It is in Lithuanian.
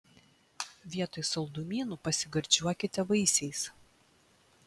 vietoj saldumynų pasigardžiuokite vaisiais